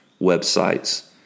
websites